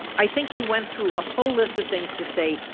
i think he went through a whole list of things to say,